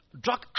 drug